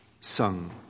sung